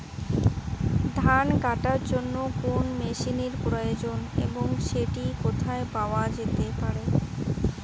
ধান কাটার জন্য কোন মেশিনের প্রয়োজন এবং সেটি কোথায় পাওয়া যেতে পারে?